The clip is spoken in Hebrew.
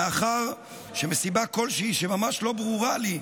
ומאחר שמסיבה כלשהי, שממש לא ברורה לי,